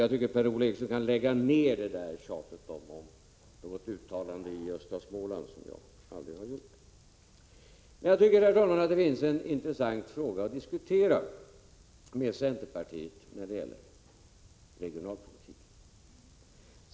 Jag tycker därför att Per-Ola Eriksson kan lägga ned tjatet om detta uttalande i tidningen Östra Småland — som jag aldrig har gjort. Men jag tycker det finns en intressant fråga att diskutera med centerpartiet när det gäller regionalpolitiken.